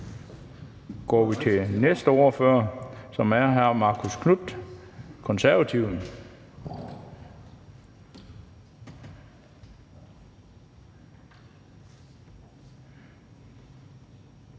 går vi til næste ordfører, som er hr. Marcus Knuth, Konservative.